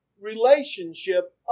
relationship